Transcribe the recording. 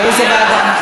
לאיזה ועדה?